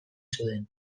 zeuden